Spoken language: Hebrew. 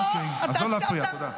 אה, אוקיי, אז לא להפריע, תודה.